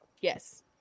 yes